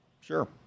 Sure